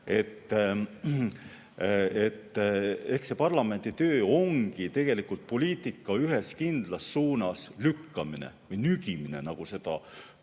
et parlamendi töö ongi tegelikult poliitika ühes kindlas suunas lükkamine, nügimine, nagu